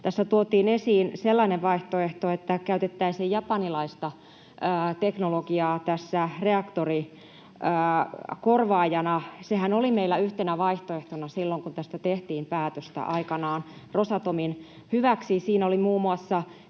Tässä tuotiin esiin sellainen vaihtoehto, että käytettäisiin japanilaista teknologiaa tässä reaktorin korvaajana. Sehän oli meillä yhtenä vaihtoehtona silloin, kun tästä tehtiin päätöstä aikanaan Rosatomin hyväksi. Siinä olivat muun muassa